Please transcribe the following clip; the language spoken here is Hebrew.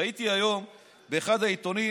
ראיתי היום באחד העיתונים